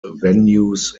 venues